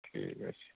ঠিক আছে